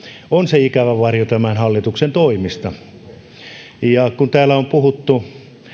on ikävä varjo tämän hallituksen toimista ja kun täällä on puhuttu